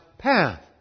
Path